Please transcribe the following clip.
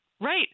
Right